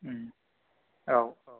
औ औ